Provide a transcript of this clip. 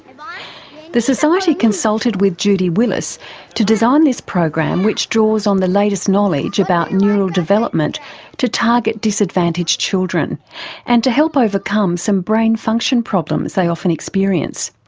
like the society consulted with judy willis to design this program which draws on the latest knowledge about neural development to target disadvantaged children and to help overcome some brain function problems they often experience.